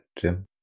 Jim